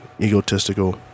egotistical